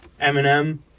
Eminem